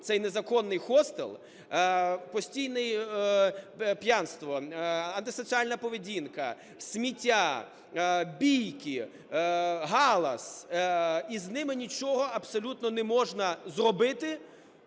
цей незаконний хостел – постійне п'янство, антисоціальна поведінка, сміття, бійки, галас і з ними нічого абсолютно не можна зробити,